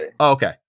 Okay